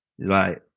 Right